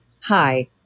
Hi